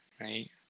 right